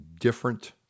different